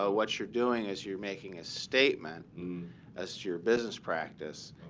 ah what you're doing is you're making a statement as to your business practice,